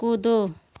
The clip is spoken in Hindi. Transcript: कूदो